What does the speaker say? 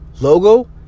logo